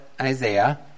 Isaiah